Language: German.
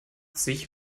sich